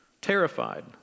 terrified